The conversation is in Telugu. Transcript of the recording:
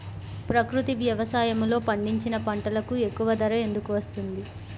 ప్రకృతి వ్యవసాయములో పండించిన పంటలకు ఎక్కువ ధర ఎందుకు వస్తుంది?